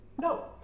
No